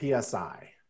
psi